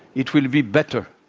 it will be better,